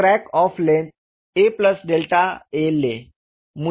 तो crack off length aa लें